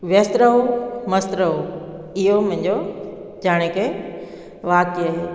व्यस्थ रहो मस्तु रहो इहो मुंहिंजो यानी की वाक्य हे